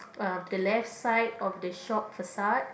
uh the left side of the shop facade